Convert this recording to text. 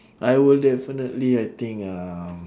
I will definitely I think uh